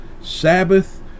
Sabbath